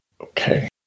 Okay